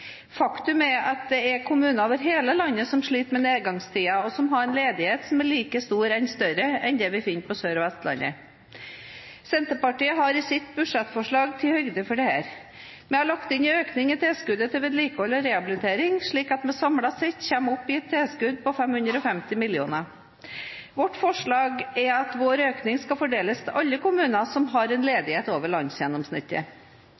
Faktum er at det er kommuner over hele landet som sliter med nedgangstider, og som har en ledighet som er like stor eller større enn det vi finner på Sør- og Vestlandet. Senterpartiet har i sitt budsjettforslag tatt høyde for dette. Vi har lagt inn en økning i tilskuddet til vedlikehold og rehabilitering, slik at vi samlet sett kommer opp i et tilskudd på 550 mill. kr. Vårt forslag er at vår økning skal fordeles til alle kommuner som har en